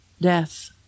death